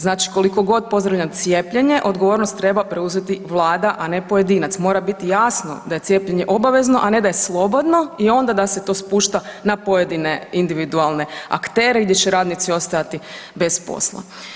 Znači koliko god pozdravljam cijepljenje, odgovornost treba preuzeti Vlada ne pojedinac, mora biti jasno da cijepljenje obavezno a ne da slobodno i onda da se to spušta na pojedine individualne aktere i gdje će radnici ostajati bez posla.